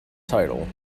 title